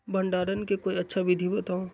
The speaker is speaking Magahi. भंडारण के कोई अच्छा विधि बताउ?